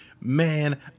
man